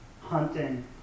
hunting